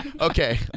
Okay